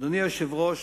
אדוני היושב-ראש,